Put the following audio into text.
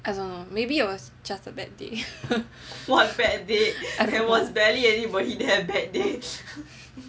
I don't know maybe it was just a bad day